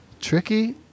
Tricky